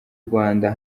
rwanda